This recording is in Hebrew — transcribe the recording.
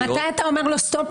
מתי אתה אומר לו stop?